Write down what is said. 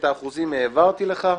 את האחוזים העברתי לך.